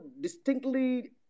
distinctly